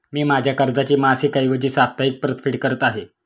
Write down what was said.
मी माझ्या कर्जाची मासिक ऐवजी साप्ताहिक परतफेड करत आहे